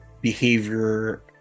behavior